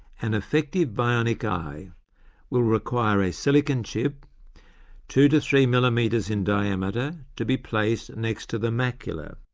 an effective bionic eye will require a silicon chip two to three millimetres in diameter to be placed next to the macula.